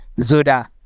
zoda